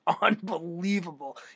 unbelievable